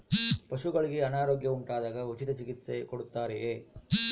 ಪಶುಗಳಿಗೆ ಅನಾರೋಗ್ಯ ಉಂಟಾದಾಗ ಉಚಿತ ಚಿಕಿತ್ಸೆ ಕೊಡುತ್ತಾರೆಯೇ?